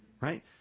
Right